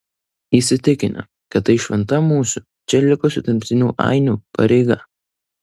įsitikinę kad tai šventa mūsų čia likusių tremtinių ainių pareiga